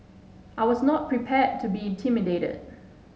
I was not prepared to be intimidated